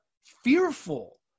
fearful